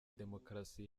demokarasi